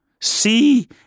see